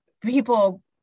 people